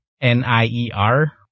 N-I-E-R